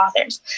authors